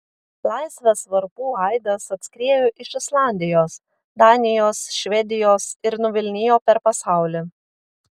laisvės varpų aidas atskriejo iš islandijos danijos švedijos ir nuvilnijo per pasaulį